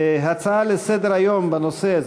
הנושא הבא, הצעות לסדר-היום בנושא: